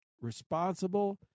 responsible